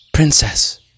Princess